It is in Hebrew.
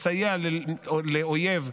ומסייע לאויב,